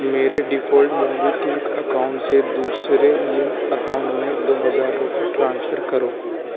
میرے default MobiKwik account سے دوسرے لنکڈ اکاؤنٹ میں دو ہزار روپے ٹرانسفر کرو